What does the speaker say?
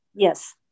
Yes